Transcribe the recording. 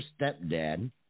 stepdad